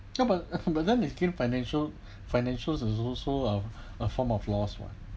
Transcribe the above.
ya but but then they scale financial financial is also uh a form of lost one